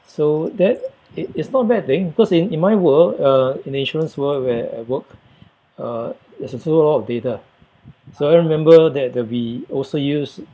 so that it it's not a bad thing because in in my world uh in the insurance world where I work uh there's also a lot of data so I remember that uh we also use